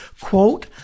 quote